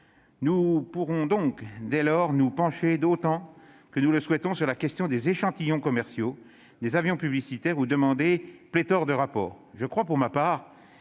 Nous pourrons dès lors nous pencher autant que nous le souhaitons sur la question des échantillons commerciaux, des avions publicitaires ou demander pléthore de rapports. Pour ma part,